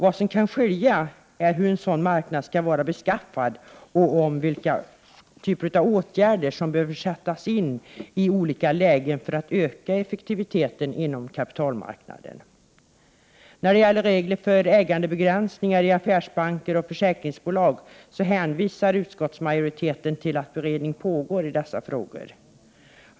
Vad som kan skilja är uppfattningen om hur en sådan marknad skall vara beskaffad och vilka åtgärder som skall sättas in i olika lägen för att öka effektiviteten. När det gäller regler för ägandebegränsningar i affärsbanker och försäkringsbolag hänvisar utskottsmajoriteten till att beredning pågår i dessa frågor.